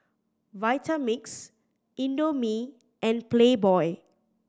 Vitamix Indomie and Playboy